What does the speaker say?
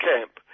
Camp